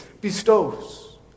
bestows